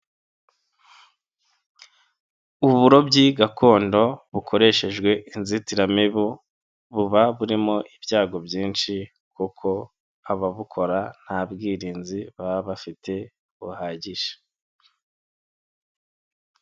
Uburobyi gakondo bukoreshejwe inzitiramibu, buba burimo ibyago byinshi kuko ababukora nta bwirinzi baba bafite buhagije.